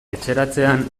etxeratzean